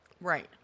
Right